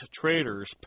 traders